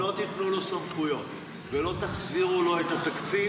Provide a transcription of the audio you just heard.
אם לא תיתנו לו סמכויות ולא תחזירו לו את התקציב,